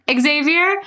Xavier